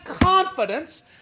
confidence